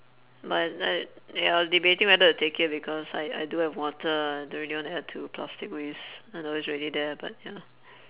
but I ya I was debating whether to take it because I I do have water I don't really wanna add to plastic waste I know it's already there but ya